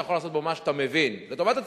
יכול לעשות בו מה שאתה מבין לטובת הציבור.